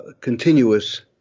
continuous